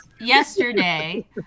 yesterday